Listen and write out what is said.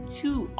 two